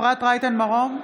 אפרת רייטן מרום,